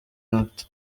act